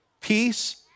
peace